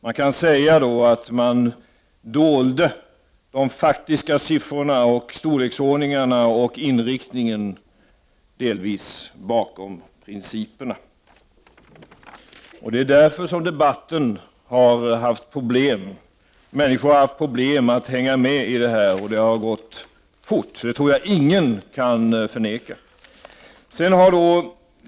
Man kan säga att man delvis dolde de faktiska siffrorna, storleksordningarna och inriktningen bakom principerna. Det är därför som människor har haft problem att hänga med i debatten. Det hela har gått för fort, och det tror jag inte att någon kan förneka.